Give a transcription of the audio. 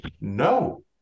no